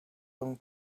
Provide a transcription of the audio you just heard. young